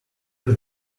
was